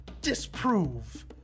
disprove